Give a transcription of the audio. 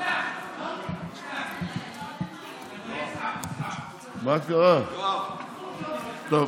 כנסת נכבדה, תראה, עשיתם מהלך, וזה זכותם,